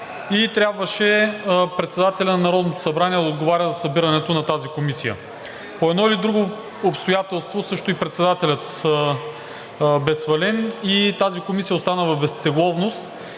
трябваше председателят на Народното събрание да отговаря за събирането на тази комисия. По едно или друго обстоятелство също и председателят бе свален и тази комисия остана в безтегловност.